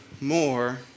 more